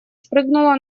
спрыгнула